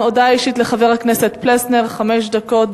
הודעה אישית לחבר הכנסת פלסנר, חמש דקות.